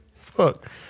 Fuck